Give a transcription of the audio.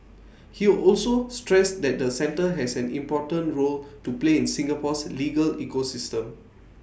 he also stressed that the centre has an important role to play in Singapore's legal ecosystem